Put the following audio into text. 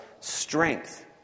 strength